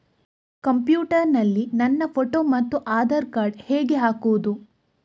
Computer ನಲ್ಲಿ ನನ್ನ photo ಮತ್ತು ಆಧಾರ್ ಕಾರ್ಡ್ ಹೇಗೆ ಹಾಕುವುದು?